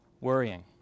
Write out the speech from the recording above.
worrying